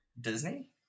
Disney